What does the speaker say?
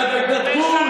בעד ההתנתקות.